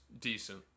decent